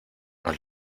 nos